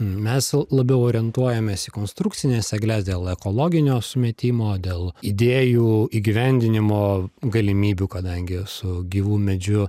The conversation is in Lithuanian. mes labiau orientuojamės į konstrukcines egles dėl ekologinio sumetimo dėl idėjų įgyvendinimo galimybių kadangi su gyvu medžiu